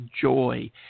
joy